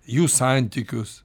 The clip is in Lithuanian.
jų santykius